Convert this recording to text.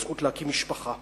הזכות להקים משפחה.